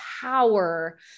power